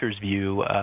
view